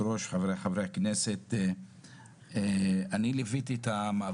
בעברי, עשיתי הרבה